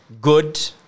Good